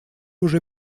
уже